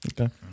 Okay